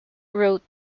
wrote